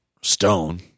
stone